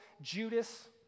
Judas